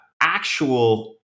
actual